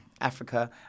Africa